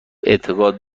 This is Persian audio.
اعتقاد